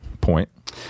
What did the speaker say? point